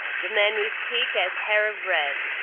the man we sssseek has hair of red,